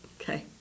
Okay